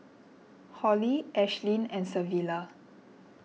Hollie Ashlyn and Savilla